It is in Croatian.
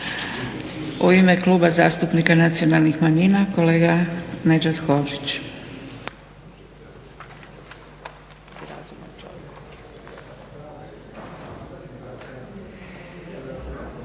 U ime Kluba zastupnika nacionalnih manjina kolega Nedžad Hodžić.